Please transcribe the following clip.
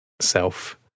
self